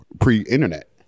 Pre-internet